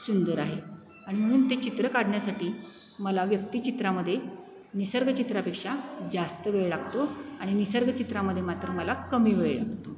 सुंदर आहे आणि म्हणून ते चित्र काढण्यासाठी मला व्यक्तिचित्रामध्ये निसर्ग चित्रापेक्षा जास्त वेळ लागतो आणि निसर्ग चित्रामध्ये मात्र मला कमी वेळ लागतो